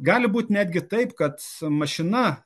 gali būti netgi taip kad mašina